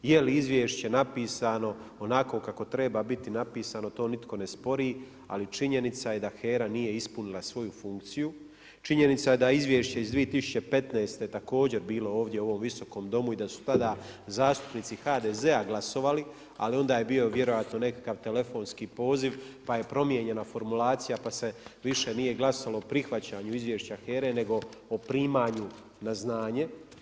Jel' izvješće napisano onako kako treba biti napisano, to nitko ne spori, ali činjenica je da HERA nije ispunila svoju funkciju, činjenica je da izvješće iz 2015., također je bilo u ovom Visokom domu i da su tada zastupnici HDZ-a glasovali, ali onda je bilo vjerojatno nekakav telefonski poziv pa je promijenjena formulacija pa se više glasalo o prihvaćanju izvješća HERA-e nego o primanju na znanje.